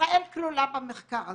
ישראל כלולה במחקר הזה.